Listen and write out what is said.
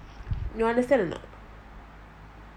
you understand or not